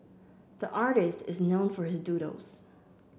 the artist is known for his doodles